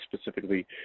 specifically